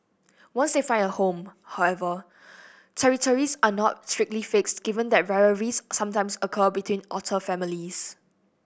once they find a home however territories are not strictly fixed given that rivalries sometimes occur between otter families